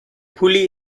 pulli